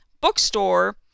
bookstore